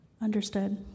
Understood